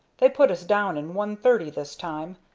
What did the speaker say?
they put us down in one-thirty this time,